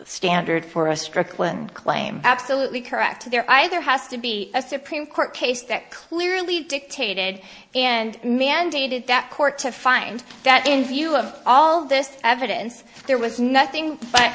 standard for a strickland claim absolutely correct there either has to be a supreme court case that clearly dictated and mandated that court to find that in view of all this evidence there was nothing